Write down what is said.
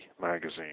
Magazine